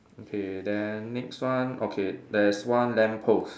okay then next one okay there's one lamppost